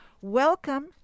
Welcome